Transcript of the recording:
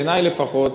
בעיני לפחות,